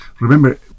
remember